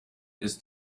ist